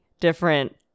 different